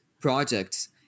projects